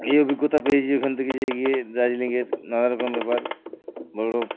এই অভিজ্ঞতা পেয়েছি ওইখান থেকে যেয়ে গিয়ে দার্জিলিংয়ের নানারকম ব্যাপার বরফ